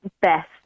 best